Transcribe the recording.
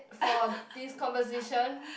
for this conversation